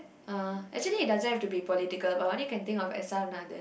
uh actually it doesn't have to be political but I can only think of S_R-Nathan